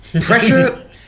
pressure